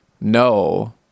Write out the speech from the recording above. No